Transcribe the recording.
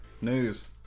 News